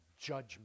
judgment